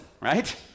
right